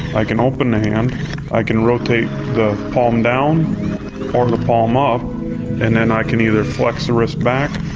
i can open the hand i can rotate the palm down or the palm up ah and then i can either flex the wrist back.